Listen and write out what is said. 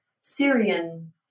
Syrian